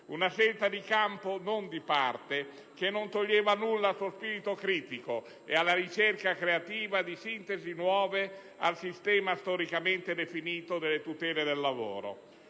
una scelta di campo, non di parte, che non toglieva nulla al suo spirito critico ed alla ricerca creativa di sintesi nuove al sistema storicamente definito delle tutele del lavoro.